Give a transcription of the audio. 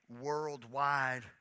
Worldwide